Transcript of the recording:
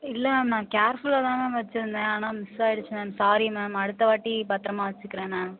இல்லை மேம் நான் கேர்ஃபுல்லாக தான் மேம் வச்சுருந்தேன் ஆனால் மிஸ் ஆகிடுச்சு மேம் சாரி மேம் அடுத்த வாட்டி பத்திரமாக வச்சுக்கிறேன் மேம்